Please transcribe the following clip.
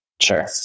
Sure